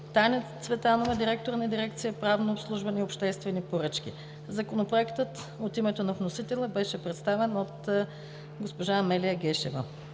Таня Цветанова – директор на дирекция „Правно обслужване и обществени поръчки". Законопроектът от името на вносителя беше представен от госпожа Амелия Гешева.